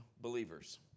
believers